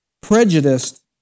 Prejudiced